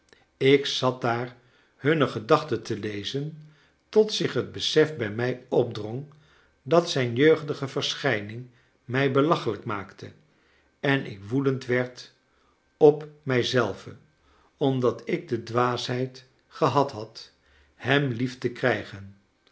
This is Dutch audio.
ik zat daar hunne gedachten te lezeri tot zich het besef bij mij opdrong dat zijn jeugdige verschijning mij belachelijk maakte en ik woedend werd op mij zelve omdat ik de dwaasheid gehad had hem lief te krij